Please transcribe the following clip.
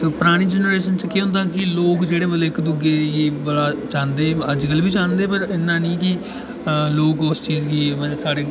परानी जैनरेशन च केह् होंदा कि लोक जेह्ड़े मतलब इक दूए गी बड़ा चांह्दे हे अजकल बी चाहंदे पर इन्ना निं कि लोक उस चीज गी साढ़े